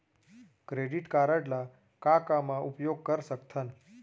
Credit card ला का का मा उपयोग कर सकथन?